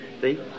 See